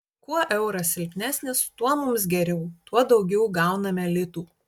kuo euras silpnesnis tuo mums geriau tuo daugiau gauname litų